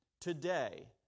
Today